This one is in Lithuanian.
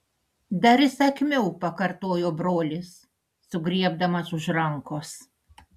dar įsakmiau pakartojo brolis sugriebdamas už rankos